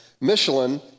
Michelin